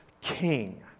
king